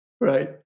Right